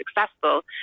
successful